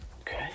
okay